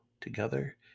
Together